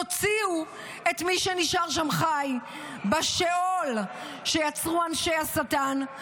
תוציאו את מי שנשאר שם חי בשאול שיצרו אנשי השטן,